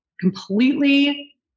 completely